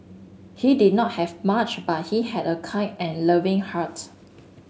he did not have much but he had a kind and loving heart